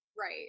Right